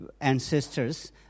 ancestors